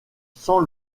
sans